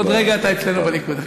עוד רגע אתה אצלנו בליכוד.